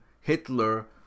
Hitler